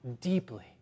deeply